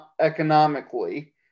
economically